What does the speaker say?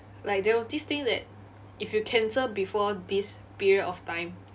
like there was this thing that if you cancel before this period of time